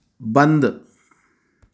बंद